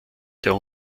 der